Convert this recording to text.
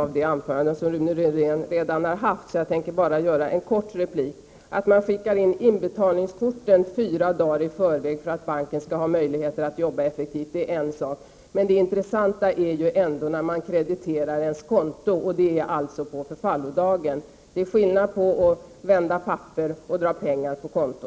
av det anförande som Rune Rydén redan har hållit, så jag tänker bara göra en kort replik. Att man skickar in inbetalningskorten fyra dagar i förväg för att banken skall ha möjlighet att jobba effektivt är en sak, men det intressanta är ändå när ens konto krediteras, och det är på förfallodagen. Det är skillnad på att vända papper och att dra pengar från konton!